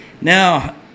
Now